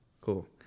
Cool